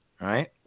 right